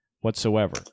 whatsoever